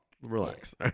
Relax